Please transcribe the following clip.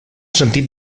sentit